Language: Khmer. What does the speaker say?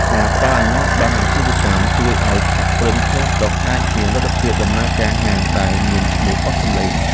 ការផ្តល់អាជ្ញាប័ណ្ណអាជីវកម្មជួយឱ្យសហគ្រិនក្នុងស្រុកអាចមានលទ្ធភាពដំណើរការហាងដែលមានឈ្មោះបោះសម្លេង។